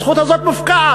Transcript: הזכות הזאת מופקעת,